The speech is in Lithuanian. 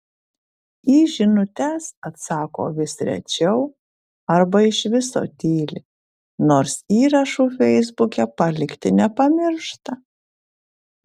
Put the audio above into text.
į žinutes atsako vis rečiau arba iš viso tyli nors įrašų feisbuke palikti nepamiršta